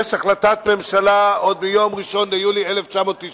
יש החלטת ממשלה עוד מיום 1 ביולי 1997